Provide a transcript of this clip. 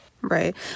Right